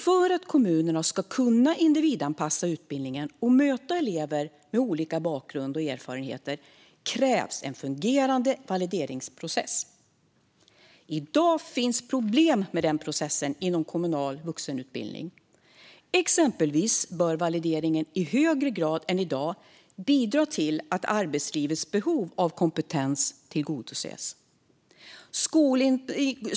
För att kommunerna ska kunna individanpassa utbildning och möta elever med olika bakgrund och erfarenheter krävs en fungerande valideringsprocess. I dag finns problem med den processen inom kommunal vuxenutbildning. Exempelvis bör valideringen i högre grad än i dag bidra till att arbetslivets behov av kompetens tillgodoses.